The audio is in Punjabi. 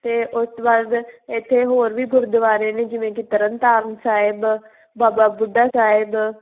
ਅਤੇ ਉਸ ਤੋਂ ਬਾਅਦ ਇੱਥੇ ਹੋਰ ਵੀ ਗੁਰਦੁਆਰੇ ਨੇ ਜਿਵੇਂ ਕਿ ਤਰਨ ਤਾਰਨ ਸਾਹਿਬ ਬਾਬਾ ਬੁੱਢਾ ਸਾਹਿਬ